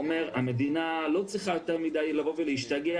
המדינה לא צריכה יותר מדי לבוא ולהשתגע,